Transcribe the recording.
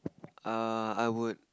uh I would